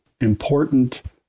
important